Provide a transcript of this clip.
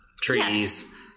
Trees